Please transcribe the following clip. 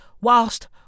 whilst